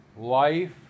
Life